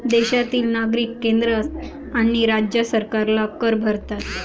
देशातील नागरिक केंद्र आणि राज्य सरकारला कर भरतात